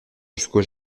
jusqu’au